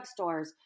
drugstores